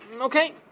Okay